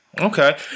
okay